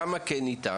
כמה כן ניתן?